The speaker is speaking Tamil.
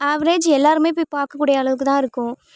ஆவ்ரேஜ் எல்லோருமே போய் பார்க்கக் கூடிய அளவுக்குத் தான் இருக்கும்